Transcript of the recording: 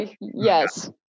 Yes